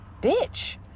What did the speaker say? bitch